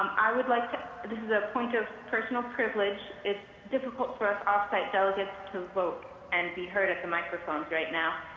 like but this is a point of personal privilege. it's difficult for us off site delegates to vote and be heard at the microphone right now.